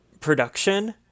production